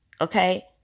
okay